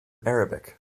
arabic